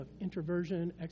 introversion